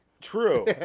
True